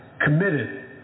committed